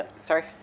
Sorry